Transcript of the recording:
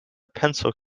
pencil